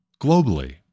globally